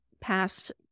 past